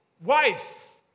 wife